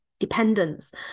dependence